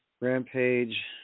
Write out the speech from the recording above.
Rampage